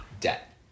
debt